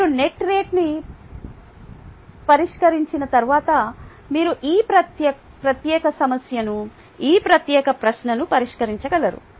మీరు నెట్ రేటును పరిష్కరించిన తర్వాత మీరు ఈ ప్రత్యేక సమస్యను ఈ ప్రత్యేక ప్రశ్నను పరిష్కరించగలరు